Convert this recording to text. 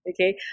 Okay